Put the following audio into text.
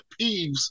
peeves